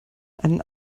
einen